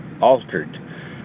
altered